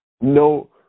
no